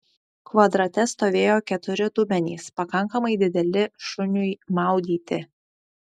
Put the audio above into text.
kvadrate stovėjo keturi dubenys pakankamai dideli šuniui maudyti